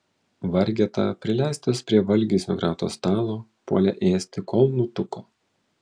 vargeta prileistas prie valgiais nukrauto stalo puolė ėsti kol nutuko